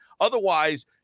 Otherwise